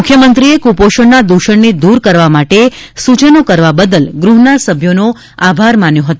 મુખ્યમંત્રીએ કુપોષણના દુષણને દુર કરવા માટે સૂચનો કરવા બદલ ગૃહના સભ્યોનો આભાર માન્યો હતો